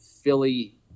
Philly